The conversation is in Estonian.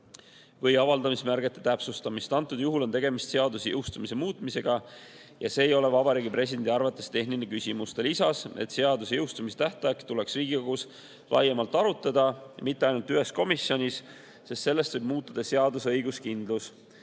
või avaldamismärgete täpsustamist. Siinsel juhul on tegemist seaduse jõustumise muutmisega ja see ei ole Vabariigi Presidendi arvates tehniline küsimus. Ta lisas, et seaduse jõustumise tähtaega tuleks arutada Riigikogus laiemalt, mitte ainult ühes komisjonis, sest sellest võib muutuda seaduse õiguskindlus.